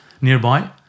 nearby